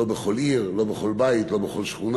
לא בכל עיר, לא בכל בית, לא בכל שכונה.